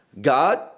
God